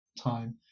time